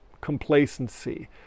complacency